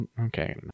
Okay